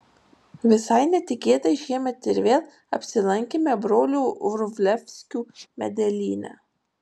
visai netikėtai šiemet ir vėl apsilankėme brolių vrublevskių medelyne